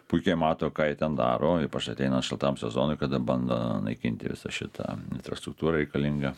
puikiai mato ką jie ten daro ypač ateinant šaltam sezonui kada bando naikinti visą šitą infrastruktūrą reikalingą